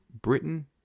Britain